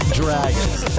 dragons